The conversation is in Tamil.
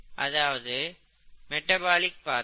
அதாவது மெட்டபாலிக் பாத்வே